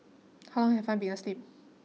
how long have I been asleep